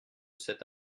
cet